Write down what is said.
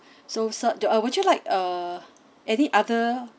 so sir uh would you like uh any other